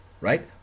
right